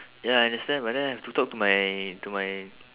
ya I understand but then I have to talk to my to my